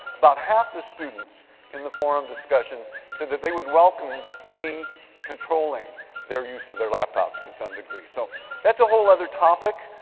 about half the students in the forum of discussion said that they would welcome me controlling their use of their laptops to some degree. so that's a whole other topic.